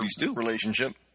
relationship